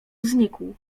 znikł